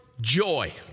joy